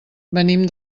venim